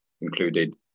included